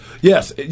Yes